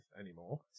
anymore